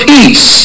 Peace